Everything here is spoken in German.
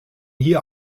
hier